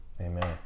Amen